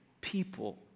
People